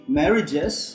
marriages